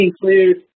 include